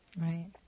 Right